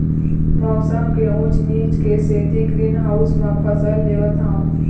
मउसम के ऊँच नीच के सेती ग्रीन हाउस म फसल लेवत हँव